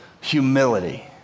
humility